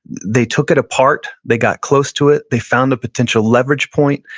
they took it apart, they got close to it, they found a potential leverage point,